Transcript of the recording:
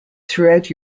throughout